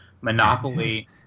monopoly